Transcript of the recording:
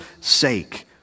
sake